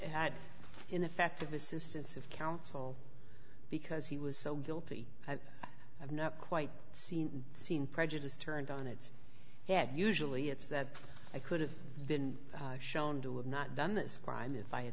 had ineffective assistance of counsel because he was so guilty i've never quite seen seen prejudice turned on its head usually it's that i could have been shown to have not done this crime if i had